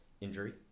injury